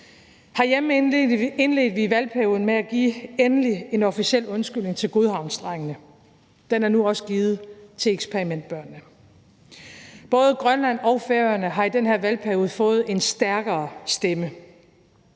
Herhjemme indledte vi valgperioden med endelig at give en officiel undskyldning til godhavnsdrengene. Den er nu også givet til eksperimentbørnene. Både Grønland og Færøerne har i den her valgperiode fået en stærkere stemme,